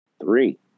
three